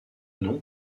nom